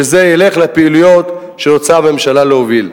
שזה ילך לפעילויות שהממשלה רוצה להוביל.